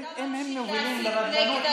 אם היינו מובילים לבדלנות,